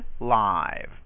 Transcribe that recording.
Live